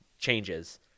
changes